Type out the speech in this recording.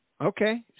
okay